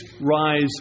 rise